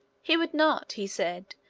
he would not, he said,